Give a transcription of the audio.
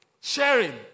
sharing